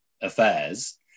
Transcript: affairs